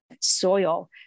soil